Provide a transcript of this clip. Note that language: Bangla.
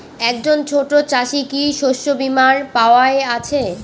একজন ছোট চাষি কি শস্যবিমার পাওয়ার আছে?